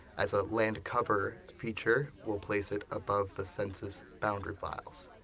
as a land-cover feature we'll place it above the census boundary files,